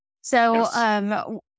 So-